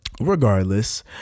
Regardless